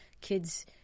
kids